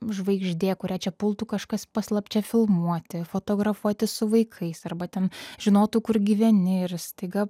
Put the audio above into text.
žvaigždė kurią čia pultų kažkas paslapčia filmuoti fotografuoti su vaikais arba ten žinotų kur gyveni ir staiga